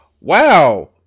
Wow